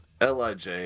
LIJ